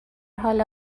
حال